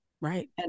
Right